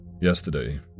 Yesterday